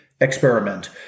experiment